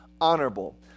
honorable